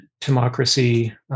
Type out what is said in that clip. democracy